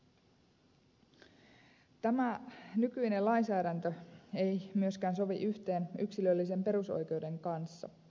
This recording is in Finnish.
tämä nykyinen lainsäädäntö ei myöskään sovi yhteen yksilöllisen perusoikeuden kanssa